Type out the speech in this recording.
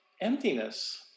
emptiness